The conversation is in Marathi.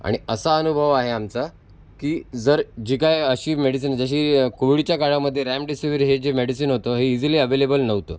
आणि असा अनुभव आहे आमचा की जर जे काय अशी मेडिसीन जशी कोव्हिडच्या काळामध्ये रॅमडिसिवीर हे जे मेडिसीन होतं हे इझिली अॅवेलेबल नव्हतं